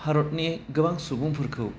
भारतनि गोबां सुबुंफोरखौ